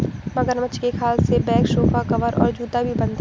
मगरमच्छ के खाल से बैग सोफा कवर और जूता भी बनता है